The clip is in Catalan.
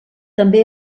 també